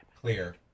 Clear